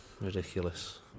Ridiculous